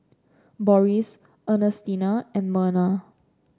Boris Ernestina and Merna